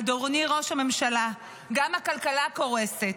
אדוני ראש הממשלה, גם הכלכלה קורסת.